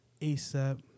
ASAP